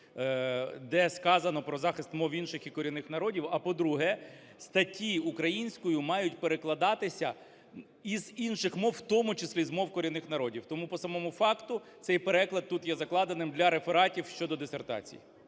де сказано про захист мов інших і корінних народів. А по-друге, статті українською мають перекладатися і з інших мов, в тому числі з мов корінних народів. Тому по самому факту цей переклад тут є закладеним для рефератів щодо дисертацій.